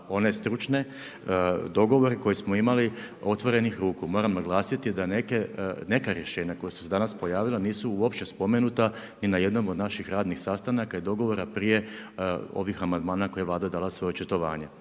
one stručne dogovore koje smo imali otvorenih ruku. Moram naglasiti da neka rješenja koja su se danas pojavila, nisu uopće spomenuta ni na jednom od napih radnih sastanaka i dogovora prije ovih amandmana na koje je dala svoje očitovanje.